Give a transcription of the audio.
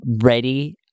ready